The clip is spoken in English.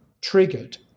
triggered